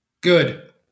Good